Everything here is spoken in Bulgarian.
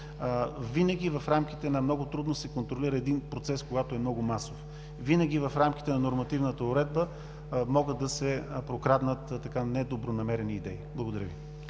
защото много трудно се контролира един процес, когато е много масов. Винаги в рамките на нормативната уредба могат да се прокраднат недобронамерени идеи. Благодаря Ви.